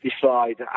decide